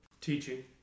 Teaching